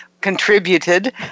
contributed